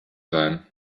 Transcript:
sein